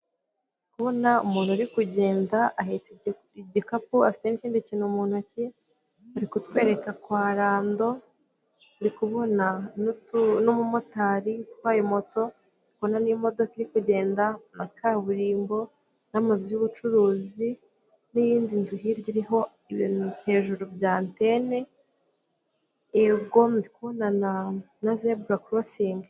Ndikubona umuntu uri kugenda ahetse igikapu afite n'ikindi kintu mu ntoki, bari kutwereka kwa Rando, ndikubona n'umumotari utwaye moto ndikubona n'imodoka iri kugenda na kaburimbo n'amazu yubucuruzi n'iyindi nzu hirya iriho ibintu hejuru bya antene yego, ndikubona na zebura korosingi.